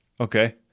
Okay